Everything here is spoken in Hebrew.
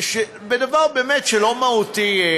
ומדובר באמת על משהו לא מהותי,